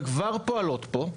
וכבר פועלות פה.